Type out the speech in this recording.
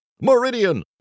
Meridian